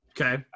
Okay